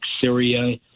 Syria